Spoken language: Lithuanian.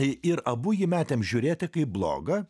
ir abu jį metėm žiūrėti kaip blogą